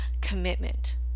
commitment